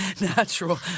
natural